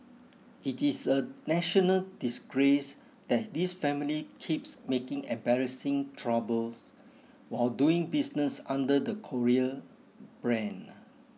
it is a national disgrace that this family keeps making embarrassing troubles while doing business under the Korea brand